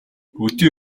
өдий